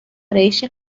ارایشی